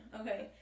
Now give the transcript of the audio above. Okay